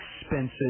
expensive